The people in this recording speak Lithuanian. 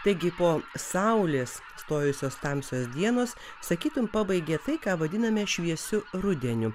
taigi po saulės stojusios tamsios dienos sakytum pabaigė tai ką vadiname šviesiu rudeniu